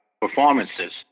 performances